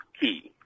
key